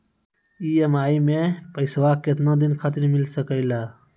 EMI मैं पैसवा केतना दिन खातिर मिल सके ला?